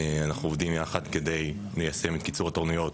אנחנו עובדים יחד כדי ליישם את קיצור התורנויות